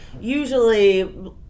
usually